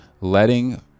letting